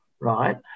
right